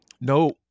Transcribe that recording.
No